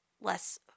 less